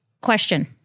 Question